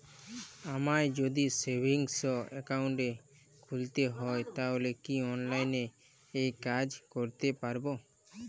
আমায় যদি savings account খুলতে হয় তাহলে কি অনলাইনে এই কাজ করতে পারবো?